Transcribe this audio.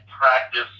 practice